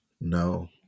No